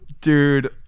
Dude